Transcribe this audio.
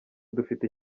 dufite